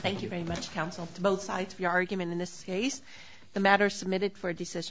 thank you very much counsel to both sides of the argument in this case the matter submitted for decision